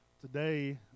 Today